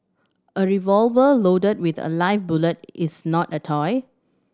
a revolver loaded with a live bullet is not a toy